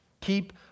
Keep